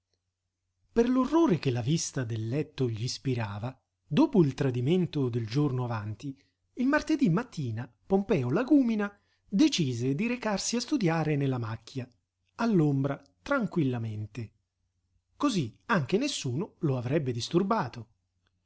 per l'orrore che la vista del letto gl'ispirava dopo il tradimento del giorno avanti il martedí mattina pompeo lagúmina decise di recarsi a studiare nella macchia all'ombra tranquillamente cosí anche nessuno lo avrebbe disturbato